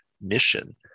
mission